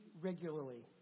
regularly